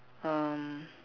um